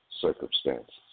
circumstances